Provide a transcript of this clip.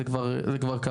זה כבר קרה,